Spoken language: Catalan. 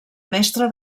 mestre